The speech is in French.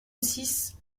six